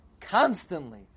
constantly